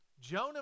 Jonah